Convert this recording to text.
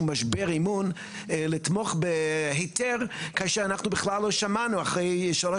משבר אמון לתמוך בהיתר כאשר אנחנו בכלל לא שמענו אחרי שלוש